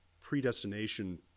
predestination